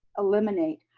eliminate.